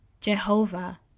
Jehovah